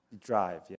drive